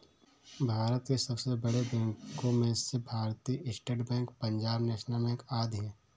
भारत के सबसे बड़े बैंको में से भारतीत state bank, Punjab national bank आदि है